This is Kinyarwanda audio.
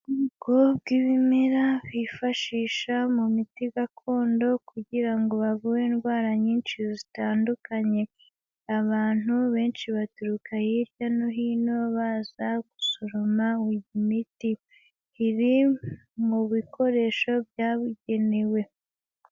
Ubwoko bw'ibimera bifashisha mu miti gakondo kugira ngo bavure indwara nyinshi zitandukanye. Abantu benshi baturuka hirya no hino baza gusoroma imiti. Iri mu bikoresho byabugenewe.